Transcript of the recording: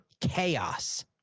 chaos